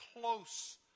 close